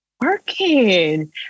working